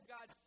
God